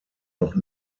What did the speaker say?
noch